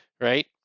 right